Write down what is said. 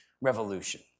Revolution